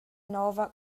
nova